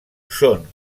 són